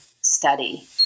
study